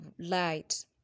light